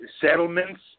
settlements